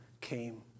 came